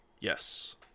Yes